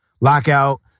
lockout